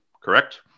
Correct